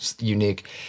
unique